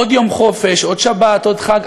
עוד יום חופש, עוד שבת, עוד חג.